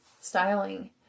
styling